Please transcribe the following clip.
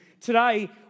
Today